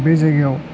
बे जायगायाव